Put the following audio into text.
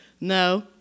No